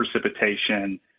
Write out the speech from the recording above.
precipitation